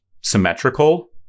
symmetrical